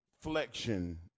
flexion